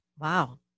Wow